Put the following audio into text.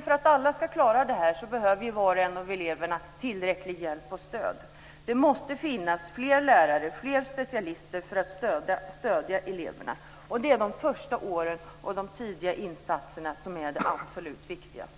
För att alla ska klara det behöver var och en av eleverna tillräcklig hjälp och tillräckligt stöd. Det måste finnas fler lärare och fler specialister för att stödja eleverna. Det är de första åren och de tidiga insatserna som är absolut viktigast.